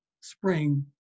spring